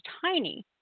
tiny